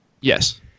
Yes